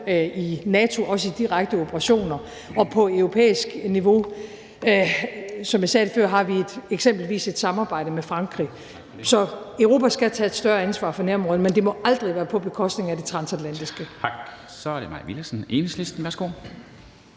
i NATO, også i direkte operationer, og på europæisk niveau, som jeg sagde før, har vi eksempelvis et samarbejde med Frankrig. Så Europa skal tage et større ansvar for nærområderne, men det må aldrig være på bekostning af det transatlantiske.